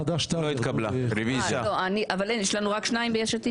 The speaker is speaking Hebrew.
חד"ש-תע"ל לא --- יש לנו רק שניים ביש עתיד?